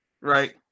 right